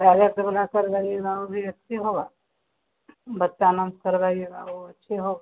direct वाला करवाइएगा वह भी अच्छा होगा बच्चा के नाम से करवाइएगा वह अच्छा होगा